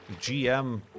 GM